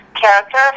character